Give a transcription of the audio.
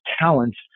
talents